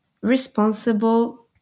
responsible